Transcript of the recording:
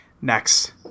Next